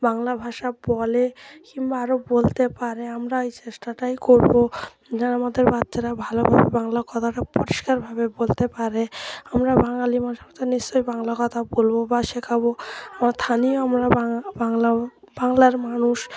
বাংলা ভাষা বলে কিংবা আরও বলতে পারে আমরা ওই চেষ্টাটাই করবো যেন আমাদের বাচ্চারা ভালোভাবে বাংলা কথাটা পরিষ্কারভাবে বলতে পারে আমরা বাঙালি ভাষা ভাষা নিশ্চয়ই বাংলা কথা বলবো বা শেখাবো আমার স্থানীয় আমরা বা বাংলা বাংলার মানুষ